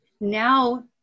Now